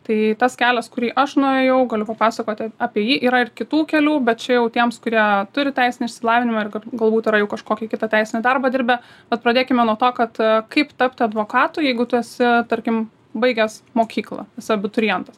tai tas kelias kurį aš nuėjau galiu papasakoti apie jį yra ir kitų kelių bet čia jau tiems kurie turi teisinį išsilavinimą ir gal galbūt yra jau kažkokį kitą teisinį darbą dirbę bet pradėkime nuo to kad kaip tapti advokatu jeigu tu esi tarkim baigęs mokyklą vis abiturientas